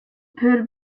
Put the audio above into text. poor